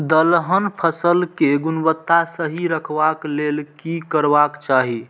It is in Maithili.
दलहन फसल केय गुणवत्ता सही रखवाक लेल की करबाक चाहि?